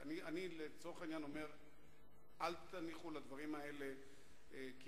אני לא בטוח שנכון להניח לדברים האלה לחלחל,